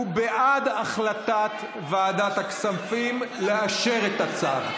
הוא בעד החלטת ועדת הכספים לאשר את ההצעה,